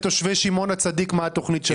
לך תספר לתושבי שמעון הצדיק מה התוכנית שלכם עושה.